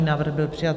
Návrh byl přijat.